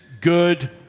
good